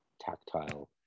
tactile